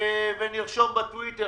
נרשום בטוויטר